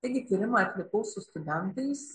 taigi tyrimą atlikau su studentais